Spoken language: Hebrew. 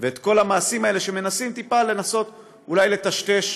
ואת כל המעשים האלה, ומנסים טיפה אולי לטשטש